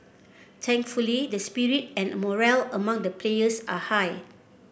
thankfully the spirit and morale among the players are high